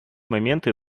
моменты